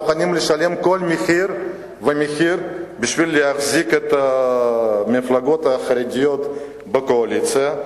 מוכנים לשלם כל מחיר בשביל להחזיק את המפלגות החרדיות בקואליציה,